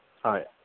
হয়